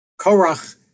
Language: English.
Korach